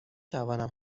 توانم